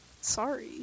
sorry